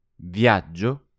Viaggio